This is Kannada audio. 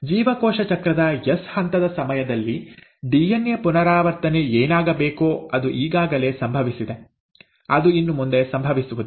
ಜೀವಕೋಶ ಚಕ್ರದ ಎಸ್ ಹಂತದ ಸಮಯದಲ್ಲಿ ಡಿಎನ್ಎ ಪುನರಾವರ್ತನೆ ಏನಾಗಬೇಕೋ ಅದು ಈಗಾಗಲೇ ಸಂಭವಿಸಿದೆ ಅದು ಇನ್ನು ಮುಂದೆ ಸಂಭವಿಸುವುದಿಲ್ಲ